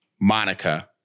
Monica